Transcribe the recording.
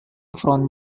front